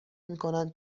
میکنند